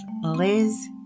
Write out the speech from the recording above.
Liz